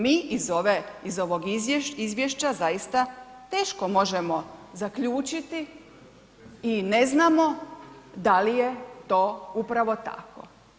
Mi iz ovog Izvješća zaista teško možemo zaključiti i ne znamo da li je to upravo tako.